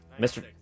Mr